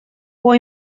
può